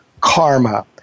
karma